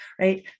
right